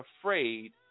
afraid